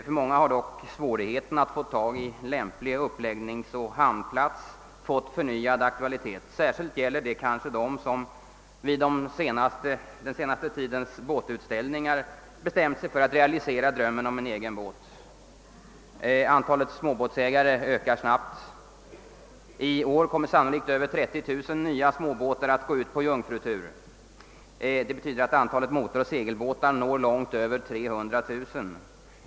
För många av dem har dock svårigheten att få tag i lämplig uppläggningsoch hamnplats fått förnyad aktualitet. Särskilt gäller detta kanske dem som vid den senaste tidens båtutställningar bestämt sig för att realisera drömmen om en egen båt. Antalet småbåtsägare ökar snabbt, och i år kommer sannolikt över 30 000 nya småbåtar att gå ut på jungfrutur. Det betyder att antalet motoroch segelbåtar når långt över 300 000.